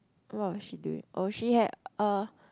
what was she doing oh she had a